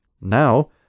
Now